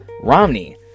Romney